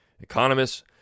Economists